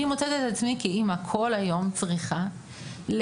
אני מוצאת את עצמי כאימא כל היום צריכה לגשר